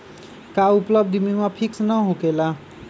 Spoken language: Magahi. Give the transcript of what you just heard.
का उपलब्ध बीमा फिक्स न होकेला?